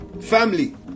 family